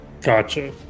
Gotcha